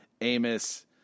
Amos